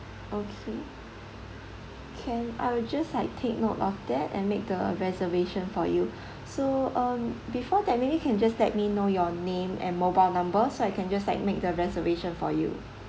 okay can I will just like take note of that and make the reservation for you so um before that maybe you can just let me know your name and mobile number so I can just like make the reservation for you